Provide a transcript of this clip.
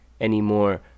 anymore